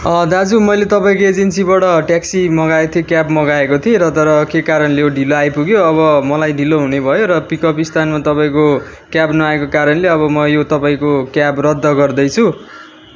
दाजु मैले तपाईँको एजेन्सीबाट टेक्सी मँगाएको थिएँ क्याब मँगाएको थिएँ र तर के कारणले हो ढिलो आइपुग्यो अब मलाई ढिलो हुने भयो र पिकअप स्थानमा तपाईँको क्याब नआएको कारणले अब म यो तपाईँको क्याब रद्द गर्दैछु